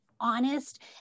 honest